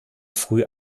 früh